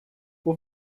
por